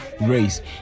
race